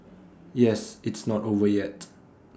yes it's not over yet